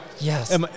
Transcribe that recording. Yes